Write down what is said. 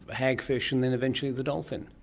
hagfish, and then eventually the dolphins.